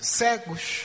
cegos